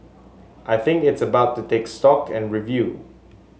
I think it's about to take stock and review